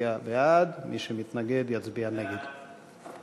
יצביע בעד, מי שמתנגד יצביע נגד.